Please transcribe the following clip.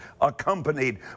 accompanied